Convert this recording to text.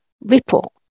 ripple